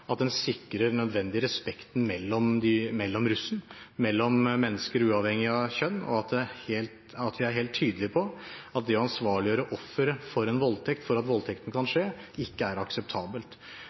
at en sikrer den nødvendige respekten mellom russ, mellom mennesker uavhengig av kjønn, og at vi er helt tydelige på at det å ansvarliggjøre offeret for en voldtekt for at voldtekten kan skje, ikke er akseptabelt.